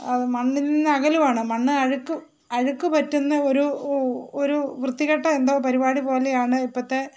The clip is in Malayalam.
അത് മണ്ണിൽ നിന്ന് അകലുകയാണ് മണ്ണ് അഴുക്ക് അഴുക്ക് പറ്റുന്ന ഒരു ഒരു വൃത്തികെട്ട എന്തോ പരിപാടി പോലെയാണ് ഇപ്പോഴത്തെ